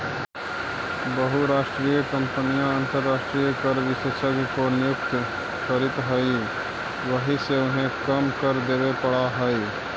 बहुराष्ट्रीय कंपनियां अंतरराष्ट्रीय कर विशेषज्ञ को नियुक्त करित हई वहिसे उन्हें कम कर देवे पड़ा है